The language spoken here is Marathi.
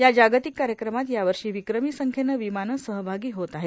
या जागतिक कार्यक्रमात यावर्षी विक्रमी संख्येनं विमानं सहभागी होत आहेत